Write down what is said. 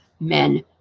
Men